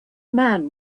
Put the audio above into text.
man